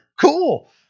Cool